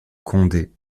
condé